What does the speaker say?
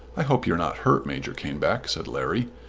i hope you're not hurt, major caneback, said larry,